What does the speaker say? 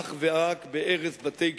אך ורק בהרס בתי קצינים,